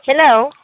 hello